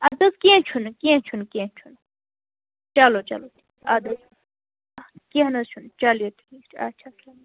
اَدٕ حظ کیٚنٛہہ چھُنہٕ کیٚنٛہہ چھُنہٕ کیٚنٛہہ چھُنہٕ چلو چلو اَدٕ حظ کیٚنٛہہ نہ حظ چھُنہٕ چلیے ٹھیٖک چھُ اچھا